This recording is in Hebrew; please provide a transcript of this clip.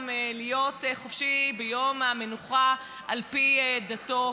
להיות חופשי ביום המנוחה על פי דתו.